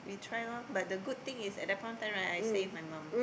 we try lor but the good thing is at the point of time right I save my mum